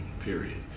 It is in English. period